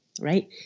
right